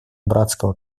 братского